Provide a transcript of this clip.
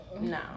no